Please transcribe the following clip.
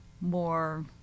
more